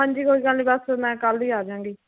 ਹਾਂਜੀ ਕੋਈ ਗੱਲ ਨੀ ਬਸ ਮੈਂ ਕੱਲ ਈ ਆਜਾਂਗੀ